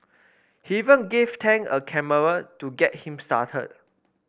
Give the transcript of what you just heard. he even gave Tang a camera to get him started